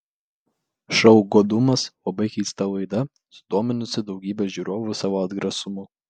šou godumas labai keista laida sudominusi daugybę žiūrovu savo atgrasumu